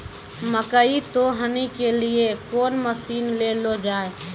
मकई तो हनी के लिए कौन मसीन ले लो जाए?